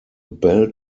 bell